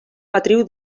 matriu